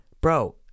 Bro